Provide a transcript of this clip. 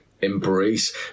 Embrace